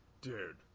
Dude